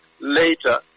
later